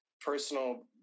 personal